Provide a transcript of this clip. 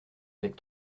avec